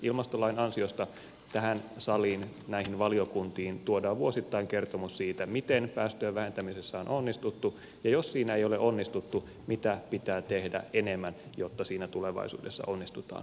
ilmastolain ansiosta tähän saliin näihin valiokuntiin tuodaan vuosittain kertomus siitä miten päästöjen vähentämisessä on onnistuttu ja jos siinä ei ole onnistuttu mitä pitää tehdä enemmän jotta siinä tulevaisuudessa onnistutaan